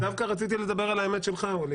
לא, לא, אני מדבר על האמת שלך.